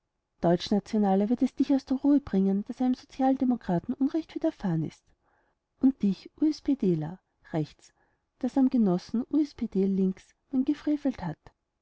deutschnationaler wird es dich aus der ruhe bringen daß einem sozialdemokraten unrecht widerfahren ist und dich u s p deler rechts daß am genossen u s p d links man gefrevelt hat